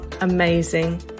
amazing